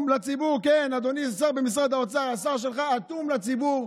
כן, אדוני השר במשרד האוצר, השר שלך אטום לציבור.